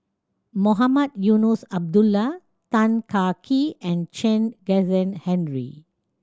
Mohamed Eunos Abdullah Tan Kah Kee and Chen Kezhan Henri